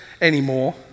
anymore